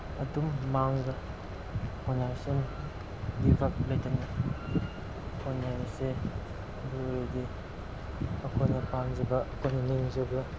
ꯑꯗꯨꯝ ꯃꯥꯡꯕ ꯍꯣꯠꯅꯔꯁꯅꯨ ꯒꯤꯕ ꯑꯞ ꯂꯩꯇꯅ ꯍꯣꯠꯅꯔꯁꯦ ꯑꯗꯨ ꯑꯣꯏꯔꯗꯤ ꯑꯩꯈꯣꯏꯅ ꯄꯥꯝꯖꯕ ꯑꯩꯈꯣꯏꯅ ꯅꯤꯡꯖꯕ